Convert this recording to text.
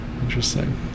Interesting